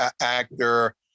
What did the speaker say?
actor